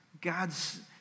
God's